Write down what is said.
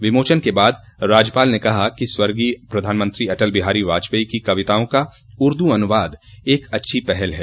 विमोचन के बाद राज्यपाल ने कहा कि स्वर्गीय प्रधानमंत्री अटल बिहारी बाजपेयी की कविताओं का उर्दू अनुवाद एक अच्छी पहल है